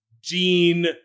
Gene